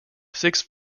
six